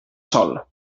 sol